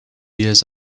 years